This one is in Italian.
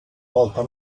volta